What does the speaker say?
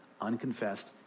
unconfessed